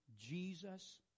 Jesus